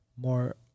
more